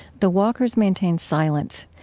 the walkers maintain silence.